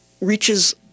reaches